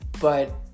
But-